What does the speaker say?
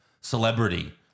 celebrity